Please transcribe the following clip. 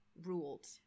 ruled